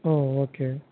ஓ okay